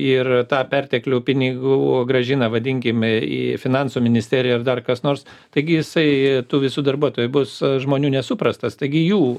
ir tą perteklių pinigų grąžina vadinkim į finansų ministeriją ir dar kas nors taigi jisai tų visų darbuotojų bus žmonių nesuprastas taigi jų